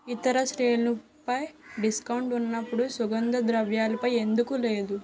ఇతర శ్రేణులపై డిస్కౌంట్ ఉన్నప్పుడు సుగంధ ద్రవ్యాలపై ఎందుకు లేదు